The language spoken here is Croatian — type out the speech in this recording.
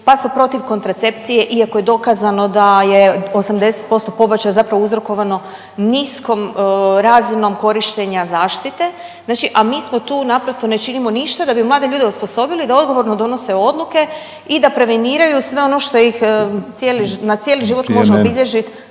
pa su protiv kontracepcije iako je dokazano da je 80% pobačaja zapravo uzrokovano niskom razinom korištenja zaštite, znači a mi smo tu naprosto ne činimo ništa da bi mlade ljude osposobili da odgovorno donose odluke i da preveniraju sve ono što ih cijeli na cijeli